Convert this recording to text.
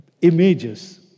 images